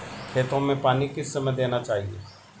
खेतों में पानी किस समय देना चाहिए?